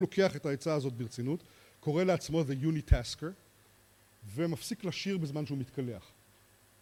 הוא לוקח את העצה הזאת ברצינות, קורא לעצמו The Unitasker, ומפסיק לשיר בזמן שהוא מתקלח.